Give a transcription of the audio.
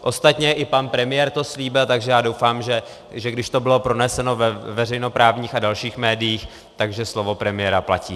Ostatně i pan premiér to slíbil, tak já doufám, že když to bylo proneseno ve veřejnoprávních a dalších médiích, že slovo premiéra platí.